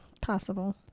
possible